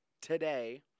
today